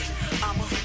I'ma